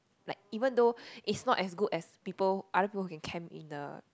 like even though it's not as good as people other people who can camp in the